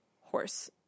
horse